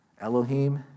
Elohim